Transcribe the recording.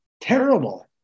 Terrible